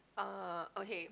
uh okay